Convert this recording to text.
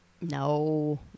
No